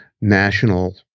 national